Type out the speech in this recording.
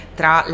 tra